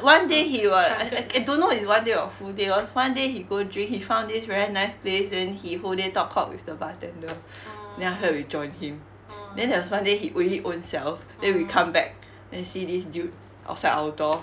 one day he wa~ a~ a~ I don't know is one day or full day lor one day he go drink he found this very nice place then he whole day talk cock with the bartender then after that we join him then there was one day he really own self then we come back then see this dude outside our door